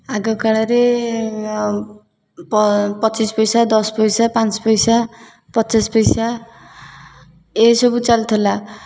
ଆଗକାଳରେ ପ ପଚିଶ ପଇସା ଦଶ ପଇସା ପାଞ୍ଚ ପଇସା ପଚାଶ ପଇସା ଏସବୁ ଚାଲିଥିଲା